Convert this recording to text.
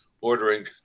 ordering